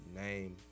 name